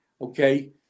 okay